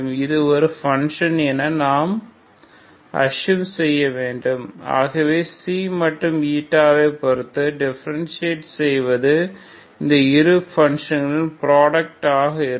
இது ஒரு ஃபங்ஷன் என நாம் அஸ்சும் செய்ய வேண்டும் ஆகவே ξ மற்றும் η ஐ பொருத்து டிஃபரண்சேட் செய்வது இந்த இரு ஃபங்ஷன்களின் ப்புராடக்ட் ஆக இருக்கும்